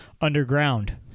underground